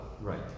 right